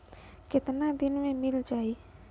कितना दिन में मील जाई?